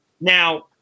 Now